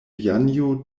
janjo